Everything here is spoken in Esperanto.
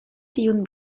tiun